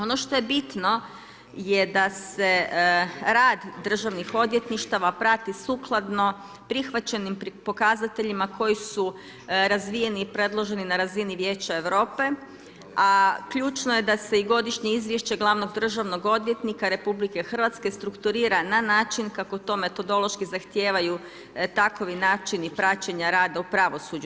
Ono što je bitno je da se rad državnih odvjetništava prati sukladno prihvaćenim pokazateljima koji su razvijeni i predloženi na razini Vijeća Europe, a ključno je da se i godišnje izvješće glavnog državnog odvjetnika Republike Hrvatske strukturira na način kako to metodološki zahtijevaju takovi načini praćenja rada u pravosuđu.